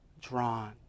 Drawn